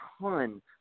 ton